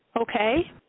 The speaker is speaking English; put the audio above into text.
okay